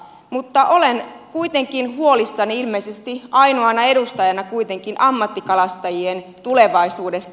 mutta olen kuitenkin huolissani ilmeisesti ainoana edustajana ammattikalastajien tulevaisuudesta